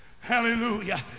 hallelujah